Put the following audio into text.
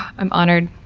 i'm honored.